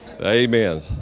Amen